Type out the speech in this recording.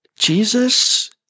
Jesus